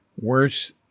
worse